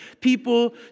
people